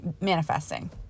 manifesting